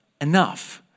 enough